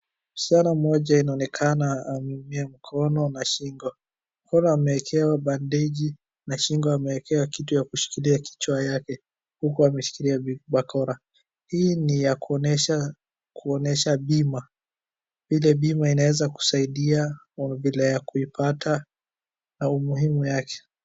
Msichana mmoja inaonekana ameumia mkono na shingo, mkono amewekewa bandeji na shingo amewekewa kitu ya kushikilia kichwa yake, huku ameshikilia bakora. Hii ni ya kuonesha bima, vile bima inaweza kusaidia, vile ya kuipata na umuhimu yake.